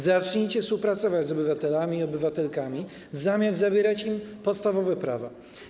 Zacznijcie współpracować z obywatelami i obywatelkami, zamiast zabierać im podstawowe prawa.